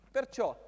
Perciò